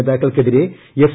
നേതാക്കൾക്കെതിരെ F